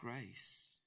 grace